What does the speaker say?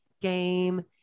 game